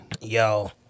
Yo